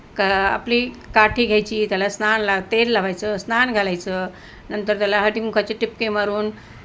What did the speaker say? का आपली काठी घ्यायची त्याला स्नानाला तेल लावायचं स्नान घालायचं नंतर त्याला ठिपके मारून